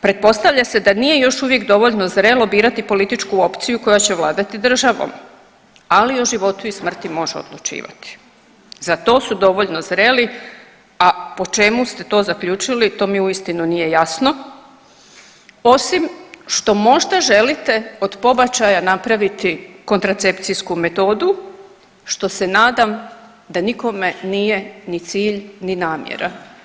Pretpostavlja se da nije još uvijek dovoljno zrelo birati političku opciju koja će vladati državom, ali o životu i smrti može odlučivati, za to su dovoljno zreli, a po čemu ste to zaključili to mi uistinu nije jasno, osim što možda želite od pobačaja napraviti kontracepcijsku metodu što se nadam da nikome nije ni cilj ni namjera.